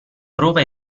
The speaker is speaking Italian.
prova